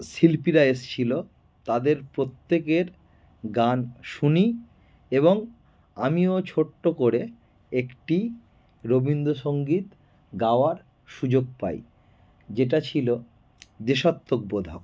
শিল্পীরা এসছিলো তাদের প্রত্যেকের গান শুনি এবং আমিও ছোট্টো করে একটি রবীন্দ্রসংগীত গাওয়ার সুযোগ পাই যেটা ছিলো দেশাত্মবোধক